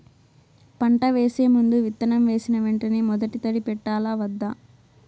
పంట వేసే ముందు, విత్తనం వేసిన వెంటనే మొదటి తడి పెట్టాలా వద్దా?